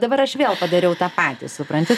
dabar aš vėl padariau tą patį supranti